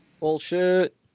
Bullshit